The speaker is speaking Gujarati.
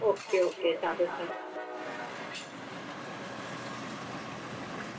ઓકે ઓકે સારું સારું